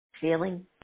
Feeling